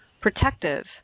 protective